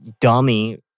dummy